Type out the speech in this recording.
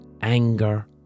Anger